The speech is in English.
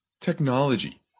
technology